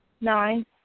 Nine